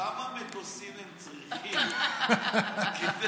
כמה מטוסים הם צריכים כדי